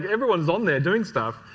everyone is on there doing stuff